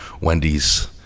Wendy's